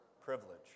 privilege